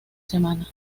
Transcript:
semana